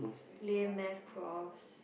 lame math profs